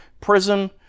prison